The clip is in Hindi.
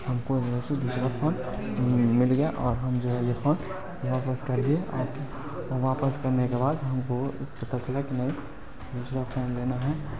हमको वैसे दूसरा फ़ौन मिल मिल गया और हम जो है ये फ़ौन वापस कर दिए और और वापस करने के बाद हमको पता चला कि नहीं दूसरा फ़ोन लेना है